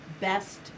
best